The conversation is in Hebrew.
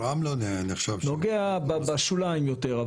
נוגע בשוליים יותר,